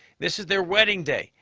this is their wedding day.